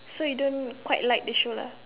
so you don't quite like the show lah